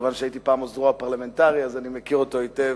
הייתי פעם עוזרו הפרלמנטרי, אז אני מכיר אותו היטב